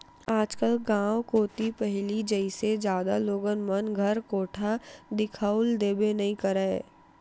आजकल गाँव कोती पहिली जइसे जादा लोगन मन घर कोठा दिखउल देबे नइ करय